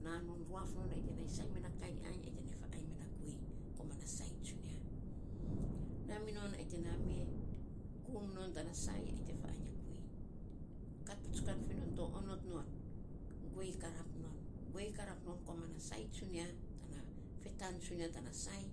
Na non ruaf non ai te nainy sainy ma ta kamy ainy ai te nainy faainy me na guei komana saii tsunia. Na minon ai te na me, gum non tana saii ai tefaainy a guei kat patsukan finon to onot non guei karap non guei karap non komana saii tsunia tana fetan tsunia tana saii,